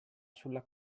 sulla